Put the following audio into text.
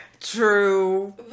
true